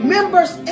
Members